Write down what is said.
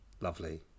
Lovely